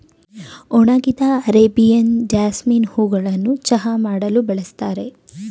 ಒಣಗಿದ Arabian jasmine ಹೂಗಳನ್ನು ಚಹಾ ಮಾಡಲು ಬಳ್ಸತ್ತರೆ